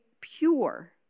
pure